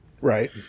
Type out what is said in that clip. right